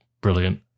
brilliant